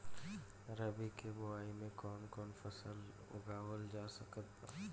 रबी के बोआई मे कौन कौन फसल उगावल जा सकत बा?